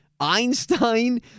Einstein